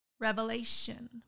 revelation